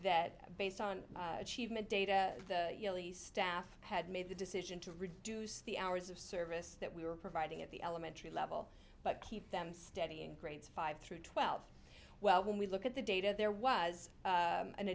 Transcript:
that based on achievement data the yearly staff had made the decision to reduce the hours of service that we were providing at the elementary level but keep them studying grades five through twelve well when we look at the data there was